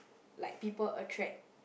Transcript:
like people attract